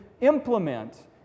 implement